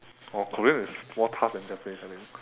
!wah! korean is more tough than japanese I think